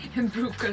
improve